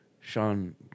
Sean